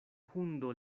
hundo